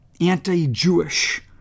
anti-Jewish